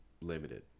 Limited